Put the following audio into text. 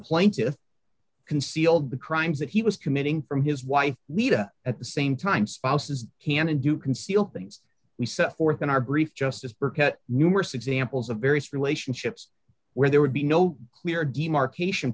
plaintiff concealed the crimes that he was committing from his wife lida at the same time spouses can and do conceal things we set forth in our brief justice burka numerous examples of various relationships where there would be no clear demarcation